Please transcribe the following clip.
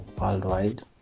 worldwide